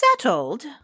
settled